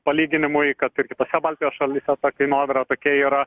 palyginimui kad ir kitose baltijos šalyse kainodara tokia yra